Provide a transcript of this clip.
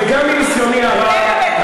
וגם מניסיוני הרב,